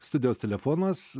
studijos telefonas